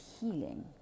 healing